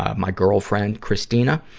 ah my girlfriend, christina,